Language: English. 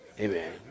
amen